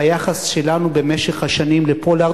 ביחס שלנו במשך השנים לפולארד.